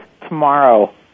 tomorrow